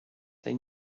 they